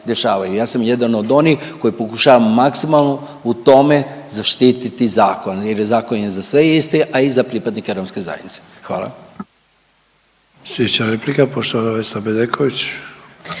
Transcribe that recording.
Ja sam jedan od onih koji pokušavam maksimalno u tome zaštititi zakon jer zakon je za sve isti, a i za pripadnike romske zajednice, hvala. **Sanader, Ante (HDZ)**